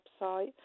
website